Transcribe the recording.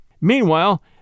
Meanwhile